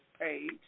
page